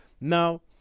now